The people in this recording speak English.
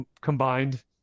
combined